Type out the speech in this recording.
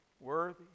worthy